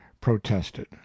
protested